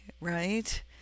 right